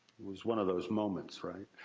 was one of those moments, right?